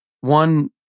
one